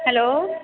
hello